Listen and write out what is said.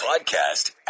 podcast